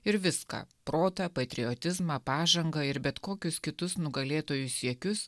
ir viską protą patriotizmą pažangą ir bet kokius kitus nugalėtojų siekius